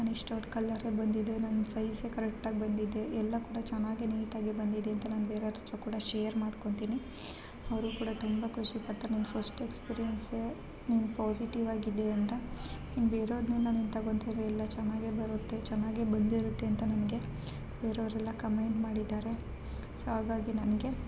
ನನ್ನ ಇಷ್ಟವಾದ ಕಲ್ಲರೆ ಬಂದಿದೆ ನನ್ನ ಸೈಝೇ ಕರೆಕ್ಟಾಗಿ ಬಂದಿದೆ ಎಲ್ಲ ಕೂಡ ಚೆನ್ನಾಗೆ ನೀಟಾಗೆ ಬಂದಿದೆ ಅಂತ ನಾನು ಬೇರೆಯವ್ರ ಹತ್ರ ಕೂಡ ಶೇರ್ ಮಾಡ್ಕೊತೀನಿ ಅವರು ಕೂಡ ತುಂಬ ಖುಷಿ ಪಡ್ತಾರೆ ನಿಂದು ಫಸ್ಟ್ ಎಕ್ಸ್ಪೀರಿಯನ್ಸೇ ನಿಂಗೆ ಪಾಝಿಟಿವ್ ಆಗಿದೆ ಅಂತ ಇನ್ನ ಬೇರೆ ಅದನ್ನ ನಾನೇನು ತಗೊಂತನೇ ಇಲ್ಲ ಚೆನ್ನಾಗೆ ಬರುತ್ತೆ ಚನ್ನಾಗೆ ಬಂದಿರುತ್ತೆ ಅಂತ ನನಗೆ ಬೇರೆವರೆಲ್ಲ ಕಮೆಂಟ್ ಮಾಡಿದ್ದಾರೆ ಸೊ ಹಾಗಾಗಿ ನನಗೆ